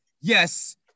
yes